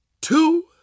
two